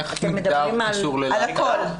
איך הגדרת --- על הכל.